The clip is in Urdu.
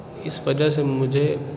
اِس وجہ سے مجھے